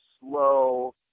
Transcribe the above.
slow